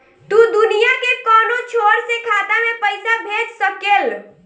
तू दुनिया के कौनो छोर से खाता में पईसा भेज सकेल